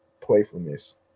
playfulness